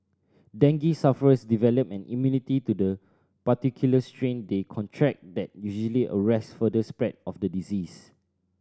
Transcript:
dengue sufferers develop an immunity to the particular strain they contract that usually arrest further spread of the disease